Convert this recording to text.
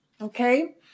Okay